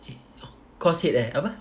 course head eh apa